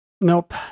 Nope